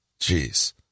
Jeez